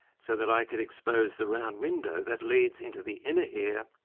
so that i could expose the round window that leads into the inner ear,